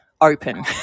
open